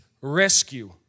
rescue